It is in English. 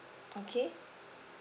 okay